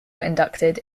inducted